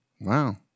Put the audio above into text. Wow